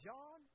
John